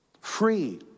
Free